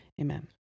Amen